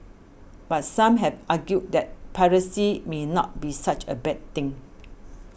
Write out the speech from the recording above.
but some have argued that piracy may not be such a bad thing